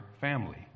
family